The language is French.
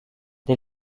des